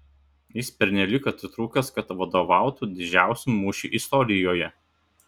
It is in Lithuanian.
jis pernelyg atitrūkęs kad vadovautų didžiausiam mūšiui istorijoje